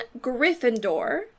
Gryffindor